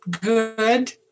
good